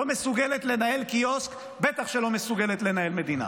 לא מסוגלת לנהל קיוסק, בטח שלא מסוגלת לנהל מדינה.